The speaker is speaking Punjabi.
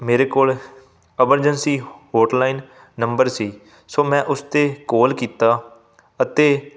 ਮੇਰੇ ਕੋਲ ਐਮਰਜੈਂਸੀ ਹੋਟਲਾਈਨ ਨੰਬਰ ਸੀ ਸੋ ਮੈਂ ਉਸ 'ਤੇ ਕੌਲ ਕੀਤਾ ਅਤੇ